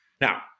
Now